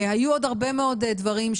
היו עוד הרבה מאוד דברים,